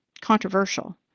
controversial